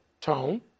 Tone